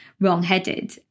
wrong-headed